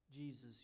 Jesus